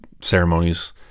ceremonies